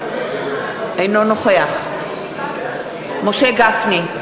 אינו נוכח משה גפני,